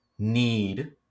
need